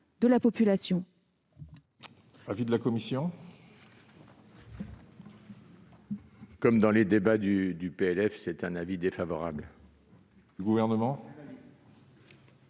de la population.